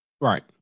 Right